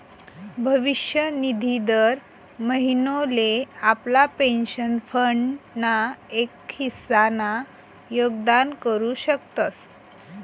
भविष्य निधी दर महिनोले आपला पेंशन फंड ना एक हिस्सा ना योगदान करू शकतस